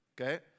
okay